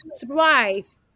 thrive